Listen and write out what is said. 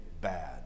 bad